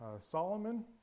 Solomon